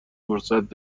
فرصت